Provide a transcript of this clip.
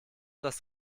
das